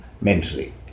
Mentally